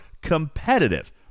competitive